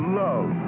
love